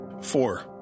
Four